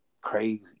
crazy